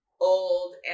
old